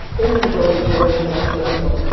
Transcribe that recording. inventory terms are critical.